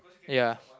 ya